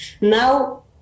Now